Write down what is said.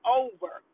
over